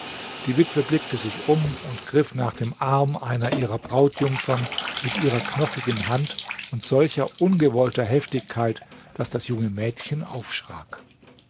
die witwe blickte sich um und griff nach dem arm einer ihrer brautjungfern mit ihrer knochigen hand und solcher ungewollter heftigkeit daß das junge mädchen aufschrack